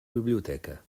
biblioteca